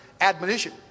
admonition